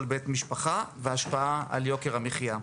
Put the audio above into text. של כל בית ומשפחה והשפעה על יוקר המחיה.